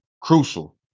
crucial